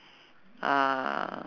uh